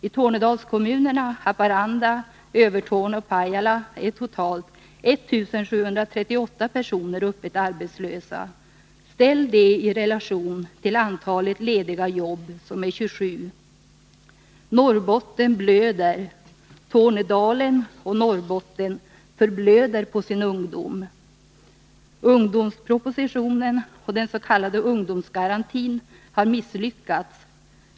I Tornedalskommunerna Haparanda, Övertorneå och Pajala är totalt 1 738 personer öppet arbetslösa. Ställ det i relation till antalet lediga jobb — som är 27! Norrbotten blöder. Tornedalen och Norrbotten förblöder på sin ungdom! Ungdomspropositionen och den s.k. ungdomsgarantin har misslyckats.